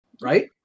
Right